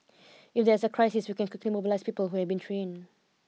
if there's a crisis we can quickly mobilise people who have been trained